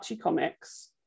comics